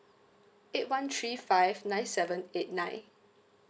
eight one three five nine seven eight nine